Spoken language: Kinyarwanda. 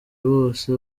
bose